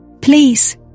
Please